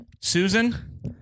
Susan